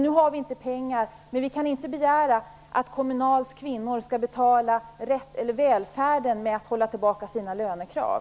Nu har vi inte pengar, men vi kan inte begära att Kommunals kvinnor skall betala välfärden genom att hålla tillbaka sina lönekrav.